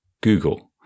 Google